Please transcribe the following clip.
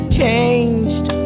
changed